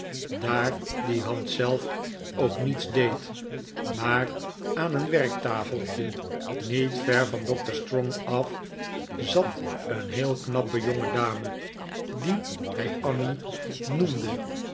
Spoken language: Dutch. daar die hand zelf ook niets deed maar aan een werktafeltje niet ver van doctor strong af zat een heel knappe david copperfield jongedame die hij annie noemde